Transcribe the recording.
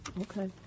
Okay